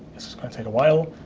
this is going to take a while.